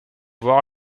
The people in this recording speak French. voir